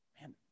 man